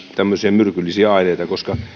myrkyllisiä aineita koska